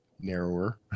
narrower